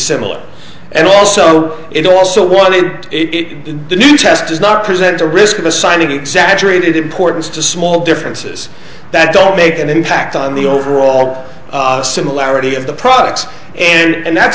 similar and also it also wasn't it in the new test is not present a risk of assigning exaggerated importance to small differences that don't make an impact on the overall similarity of the products and that's